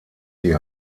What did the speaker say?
die